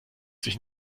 sich